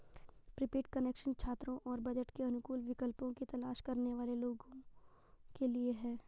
prepaid connection छात्रों और budget के अनुकूल विकल्पों की तलाश करने वाले लोगों के लिए है